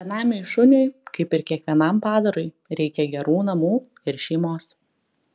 benamiui šuniui kaip ir kiekvienam padarui reikia gerų namų ir šeimos